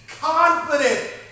confident